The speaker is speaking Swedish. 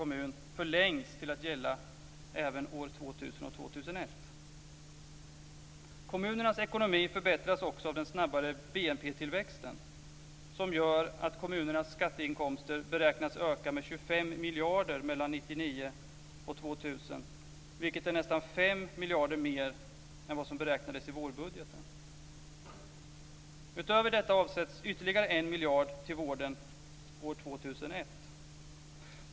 Kommunernas ekonomi förbättras också av den snabbare BNP-tillväxten, som gör att kommunernas skatteinkomster beräknas öka med 25 miljarder mellan 1999 och 2000, vilket är nästan 5 miljarder kronor mer än vad som beräknades i vårbudgeten. Utöver detta avsätts ytterligare en miljard kronor till vården år 2001.